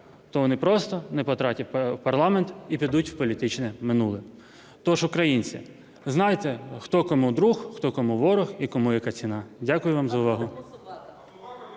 то вони просто не потраплять в парламент і підуть в політичне минуле. Тож, українці, знайте, хто кому друг, хто кому ворог і кому яка ціна. Дякую вам за увагу.